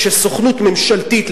כשסוכנות ממשלתית,